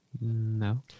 No